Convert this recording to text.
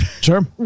Sure